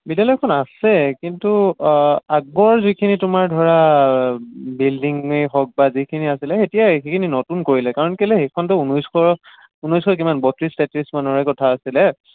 বিদ্যালয়খন আছে কিন্তু আগৰ যিখিনি তোমাৰ ধৰা বিল্ডিঙেই হওক বা যিখিনি আছিলে এতিয়া সেইখিনি নতুন কৰিলে কাৰণ কেলে সেইখনটো ঊনৈছশ ঊনৈছশ কিমান বত্ৰিছ তেত্ৰিছ মানৰে কথা আছিলে